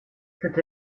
cette